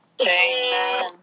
Amen